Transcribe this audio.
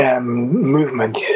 Movement